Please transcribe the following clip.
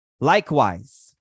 Likewise